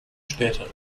später